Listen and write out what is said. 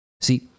See